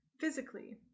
physically